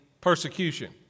Persecution